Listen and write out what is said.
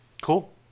Cool